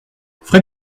frais